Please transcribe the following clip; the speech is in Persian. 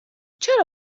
چرا